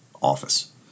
office